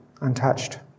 untouched